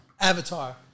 Avatar